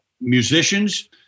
musicians